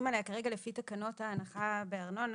עליה כרגע לפי תקנות ההנחה בארנונה.